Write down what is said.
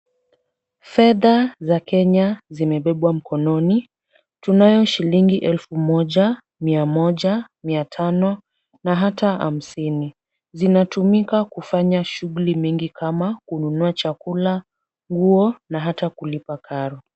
Fedha za Kenya zimebebwa mkononi. Tunayo shilingi elfu moja, mia moja, mia tano, na hata hamsini. Zinatumika kufanya shughuli mingi kama kununua chakula, nguo, na hata kulipa karo.